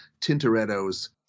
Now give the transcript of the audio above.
Tintoretto's